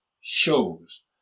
shows